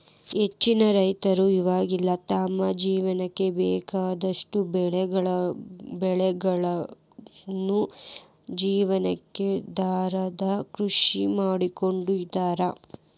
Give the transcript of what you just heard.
ಹೆಚ್ಚಿನ ರೈತರ ಇವಾಗೆಲ್ಲ ತಮ್ಮ ಜೇವನಕ್ಕ ಬೇಕಾದಷ್ಟ್ ಬೆಳಿ ಬೆಳಕೊಂಡು ಜೇವನಾಧಾರ ಕೃಷಿ ಮಾಡ್ಕೊಂಡ್ ಇರ್ತಾರ